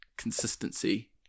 consistency